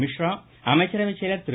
மிஷ்ரா அமைச்சரவை செயலர் திரு